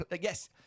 Yes